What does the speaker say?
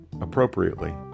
Appropriately